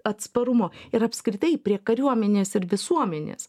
atsparumo ir apskritai prie kariuomenės ir visuomenės